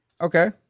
Okay